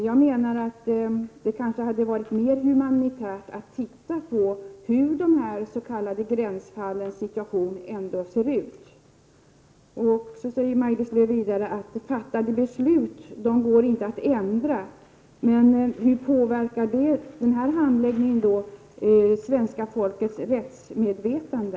Jag menar att det kanske hade varit mer humanitärt att titta på hur de s.k. gränsfallens situation ser ut. Vidare säger Maj-Lis Lööw att fattade beslut inte går att ändra. Hur påverkar då denna handläggning svenska folkets rättsmedvetande?